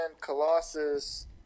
Colossus